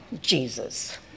Jesus